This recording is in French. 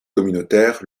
communautaire